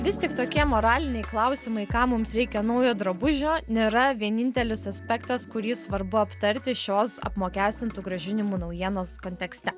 vis tik tokie moraliniai klausimai kam mums reikia naujo drabužio nėra vienintelis aspektas kurį svarbu aptarti šios apmokestintų grąžinimų naujienos kontekste